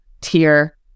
tier